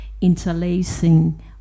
interlacing